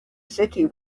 city